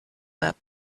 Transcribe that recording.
but